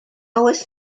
oes